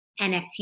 NFT